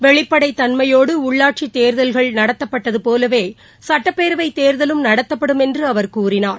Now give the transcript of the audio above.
வெளிப்படைத் தன்மையோடு உள்ளாட்சித் தேர்தல்கள் நடத்தப்பட்டதுபோலவே சுட்டப்பேரவை தேர்தலும் நடத்தப்படும் என்று அவர் கூறினார்